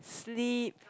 sleep